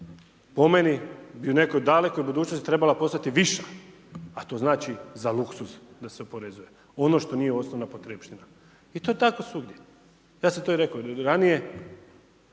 po meni i u nekoj dalekoj budućnosti bi trebala postati viša, a to znači za luksuz, da se oporezuje, ono što nije osnovna potrepština i to tako svugdje. Ja sam to rekao i ranije,